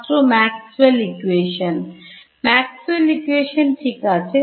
ছাত্র Maxwells equation Maxwells equation ঠিক আছে